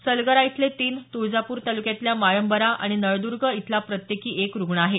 सलगरा इथले तीन तुळजापूर तालुक्यातल्या माळंबरा आणि नळदूर्ग इथला प्रत्येकी एक रुग्ण आहे